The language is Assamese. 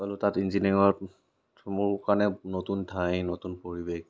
গ'লোঁ তাত ইঞ্জিনীয়াৰিঙত মোৰ কাৰণে নতুন ঠাই নতুন পৰিৱেশ